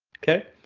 ok,